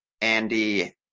Andy